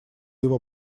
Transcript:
его